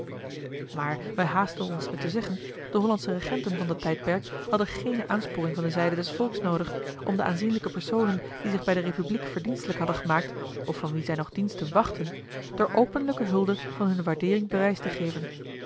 maar wij haasten ons het te zeggen de hollandsche regenten van dat tijdperk hadden geene aansporing van de zijde des volks noodig om de aanzienlijke personen die zich bij de republiek verdienstelijk hadden gemaakt of van wie zij nog diensten wachtten door openlijke hulde van hunne waardeering bewijs te geven